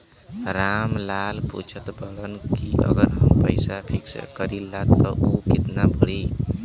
राम लाल पूछत बड़न की अगर हम पैसा फिक्स करीला त ऊ कितना बड़ी?